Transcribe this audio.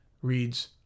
Reads